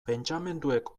pentsamenduek